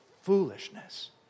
foolishness